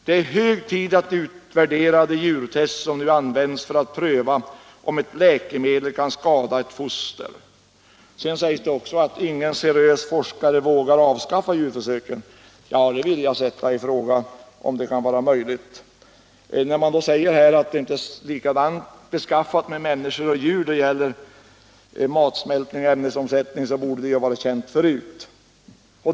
Det är hög tid att utvärdera de djurtest som nu används för att pröva om ett läkemedel kan skada ett foster.” Expressen säger vidare att ingen seriös forskare vågar avskaffa djurförsöken. Jag vill sätta i fråga om det kan vara sant. Att människor och djur inte är likadant beskaffade när det gäller matsmältning och ämnesomsättning borde ju ha varit känt förut.